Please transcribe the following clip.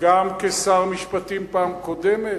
גם כשר המשפטים בפעם הקודמת,